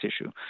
issue